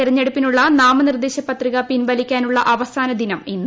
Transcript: തെരഞ്ഞെടുപ്പിനുള്ള നാമനിർദ്ദേശപത്രിക പിൻവലിക്കാനുള്ള അവസാനദിനം ഇന്ന്